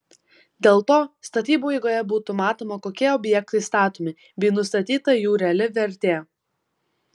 dėl to statybų eigoje būtų matoma kokie objektai statomi bei nustatyta jų reali vertė